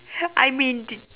I mean d~